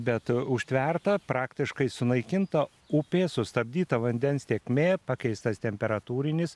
bet užtverta praktiškai sunaikinta upė sustabdyta vandens tėkmė pakeistas temperatūrinis